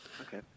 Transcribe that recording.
Okay